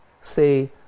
say